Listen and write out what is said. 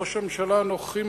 ראש הממשלה הנוכחי,